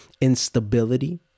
instability